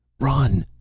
run!